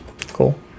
Cool